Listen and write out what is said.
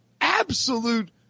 absolute